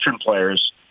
players